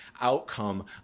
outcome